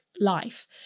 life